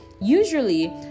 Usually